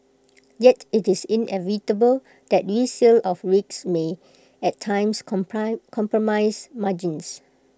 yet IT is inevitable that resale of rigs may at times compromise margins